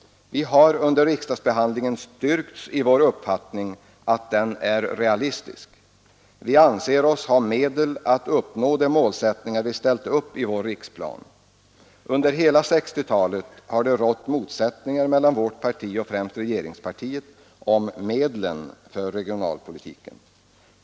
Vi har under riksdagsbehandlingen styrkts i vår uppfattning att den är realistisk. Vi anser oss ha medel att förverkliga de målsättningar vi ställt upp i vår riksplan. Under hela 1960-talet har det rått motsättningar mellan vårt parti och främst regeringspartiet om medlen för regionalpolitiken.